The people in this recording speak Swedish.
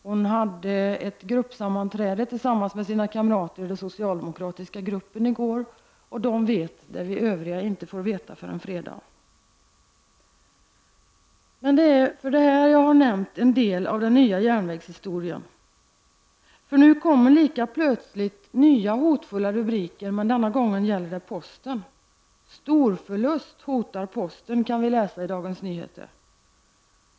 Hon hade ett gruppsammanträde med sina kamrater i den socialdemokratiska gruppen i går, och de vet det som vi övriga inte får veta förrän på fredag. Vad jag här nämner är en del av den nya järnvägshistorien. För nu kommer det lika plötsligt nya hotfulla rubriker, men denna gång gäller det posten. ”Storförlust hotar posten” kan vi läsa i Dagens Nyheter.